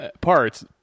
parts